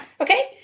Okay